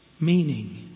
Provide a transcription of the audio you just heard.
meaning